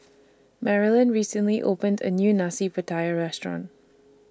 Marilynn recently opened A New Nasi Pattaya Restaurant